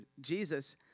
Jesus